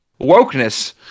wokeness